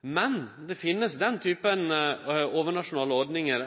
Men det finst den type overnasjonale ordningar